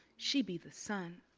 she be the sun.